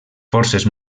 forces